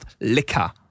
liquor